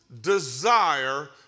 desire